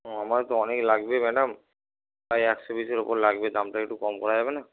ও আমাদের তো অনেক লাগবে ম্যাডাম প্রায় একশো পিসের ওপরে লাগবে দামটা একটু কম করা যাবে না